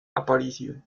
aparicio